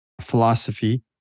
philosophy